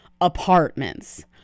apartments